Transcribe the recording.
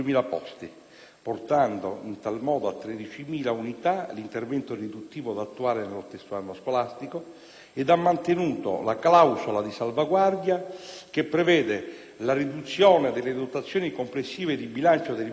portando in tal modo a 13.000 unità l'intervento riduttivo da attuare nello stesso anno scolastico, ed ha mantenuto la clausola di salvaguardia che prevede la riduzione delle dotazioni complessive di bilancio del Ministero,